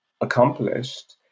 accomplished